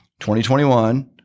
2021